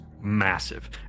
massive